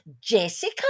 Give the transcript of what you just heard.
Jessica